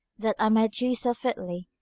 that i might do so fitly,